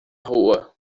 rua